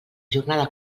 jornada